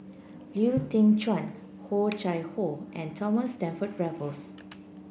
Lau Teng Chuan Oh Chai Hoo and Thomas Stamford Raffles